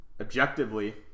objectively